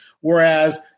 whereas